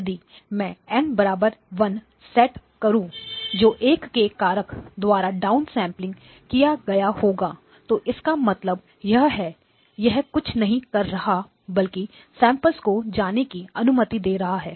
यदि मैं N 1 set करो जो 1 के कारक द्वारा डाउनसेंपलिंग किया गया होगा तो इसका मतलब यह है यह कुछ नहीं कर रहा बल्कि सभी सैंपल्स को जाने की अनुमति दे रहा है